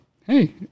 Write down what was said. Hey